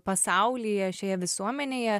pasaulyje šioje visuomenėje